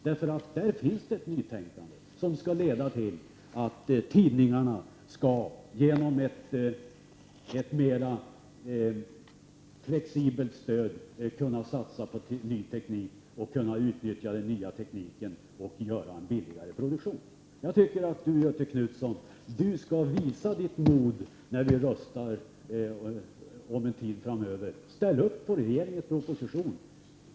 Där finns det nytänkande som kommer att leda till att tidningarna genom ett mera flexibelt stöd kan satsa på ny teknik och utveckla den nya tekniken så, att man får en billigare produktion. Jag tycker således att Göthe Knutson skall visa mod vid den röstning som snart kommer att ske. Ställ alltså upp på regeringens proposition!